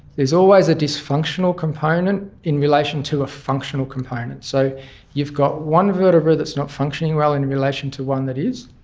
there's always a dysfunctional component in relation to a functional component. so you've got one vertebra that's not functioning well in relation to one that is,